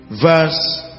verse